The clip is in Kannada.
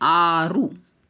ಆರು